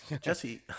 Jesse